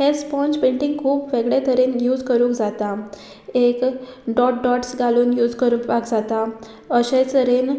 हें sponge painting खूब वेगळे तरेन यूज करूंक जाता एक डॉट डॉट्स घालून यूज करपाक जाता अशे तरेन